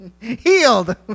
Healed